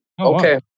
okay